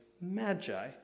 magi